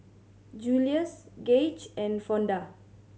Julius Gaige and Fonda